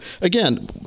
again